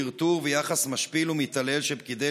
טרטור ויחס משפיל ומתעלל של פקידי